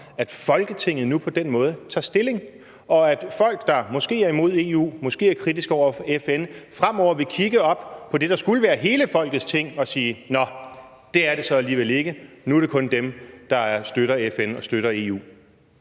at Folketinget nu på den måde tager stilling, og at folk, der måske er imod EU, måske er kritiske over for FN, fremover vil kigge op på det, der skulle være hele folkets Ting, og sige: Nå, det er det så alligevel ikke; nu er det kun for dem, der støtter FN og